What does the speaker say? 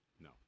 No